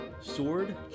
Sword